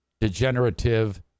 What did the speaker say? degenerative